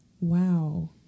Wow